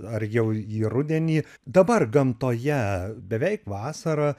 ar jau į rudenį dabar gamtoje beveik vasara